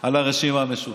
אל הרשימה המשותפת,